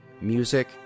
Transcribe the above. music